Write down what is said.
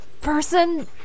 person